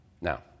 Now